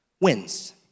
wins